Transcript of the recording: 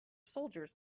soldiers